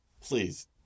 Please